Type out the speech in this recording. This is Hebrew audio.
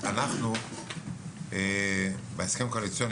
בהסכם הקואליציוני,